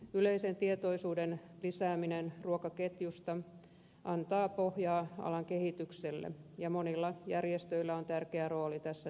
yleisen tietoisuuden lisääminen ruokaketjusta antaa pohjaa alan kehitykselle ja monilla järjestöillä on tärkeä rooli tässä työssä